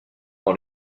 dans